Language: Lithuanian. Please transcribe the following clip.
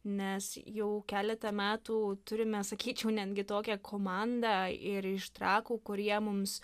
nes jau keletą metų turime sakyčiau netgi tokią komandą ir iš trakų kurie mums